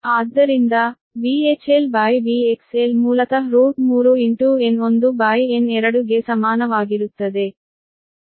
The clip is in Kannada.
ಆದ್ದರಿಂದ VHLVXL ಮೂಲತಃ 3 N1N2 ಗೆ ಸಮಾನವಾಗಿರುತ್ತದೆ